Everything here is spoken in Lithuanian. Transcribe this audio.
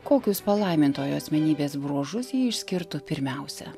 kokius palaimintojo asmenybės bruožus jį išskirtų pirmiausia